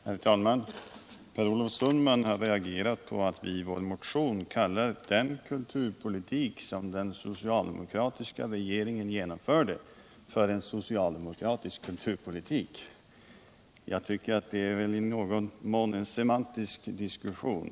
Herr talman! Per Olof Sundman har reagerat mot att vi i vår motion kallar Torsdagen den den kulturpolitik som den socialdemokratiska regeringen genomförde för en 9 mars 1978 socialdemokratisk kulturpolitik. Detta är i någon mån en semantisk diskussion.